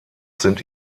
sind